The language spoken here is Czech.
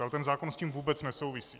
Ale ten zákon s tím vůbec nesouvisí.